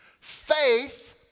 Faith